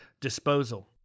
disposal